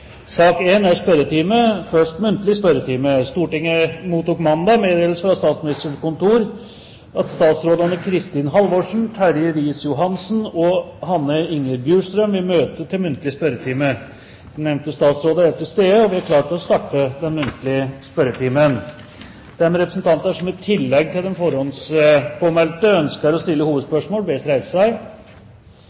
muntlig spørretime: statsråd Kristin Halvorsen statsråd Terje Riis-Johansen statsråd Hanne Inger Bjurstrøm De annonserte statsråder er til stede, og vi er klare til å starte den muntlige spørretimen. De representanter som i tillegg til de forhåndspåmeldte ønsker å stille hovedspørsmål, bes om å reise seg.